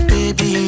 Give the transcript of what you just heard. Baby